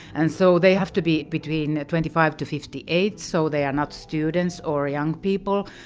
and so they have to be between twenty five to fifty eight. so they are not students or young people.